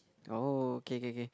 oh K K K